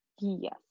Yes